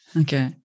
Okay